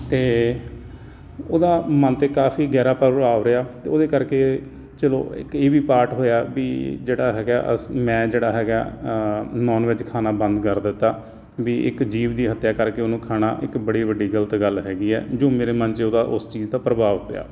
ਅਤੇ ਉਹਦਾ ਮਨ 'ਤੇ ਕਾਫ਼ੀ ਗਹਿਰਾ ਪ੍ਰਭਾਵ ਰਿਹਾ ਅਤੇ ਉਹਦੇ ਕਰਕੇ ਚਲੋ ਇੱਕ ਇਹ ਵੀ ਪਾਰਟ ਹੋਇਆ ਵੀ ਜਿਹੜਾ ਹੈਗਾ ਅਸ ਮੈਂ ਜਿਹੜਾ ਹੈਗਾ ਨਾਨ ਵੈਜ ਖਾਣਾ ਬੰਦ ਕਰ ਦਿੱਤਾ ਵੀ ਇੱਕ ਜੀਵ ਦੀ ਹੱਤਿਆ ਕਰਕੇ ਉਹਨੂੰ ਖਾਣਾ ਇੱਕ ਬੜੀ ਵੱਡੀ ਗਲਤ ਹੈਗੀ ਹੈ ਜੋ ਮੇਰੇ ਮਨ 'ਚ ਉਹਦਾ ਉਸ ਚੀਜ਼ ਦਾ ਪ੍ਰਭਾਵ ਪਿਆ